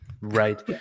Right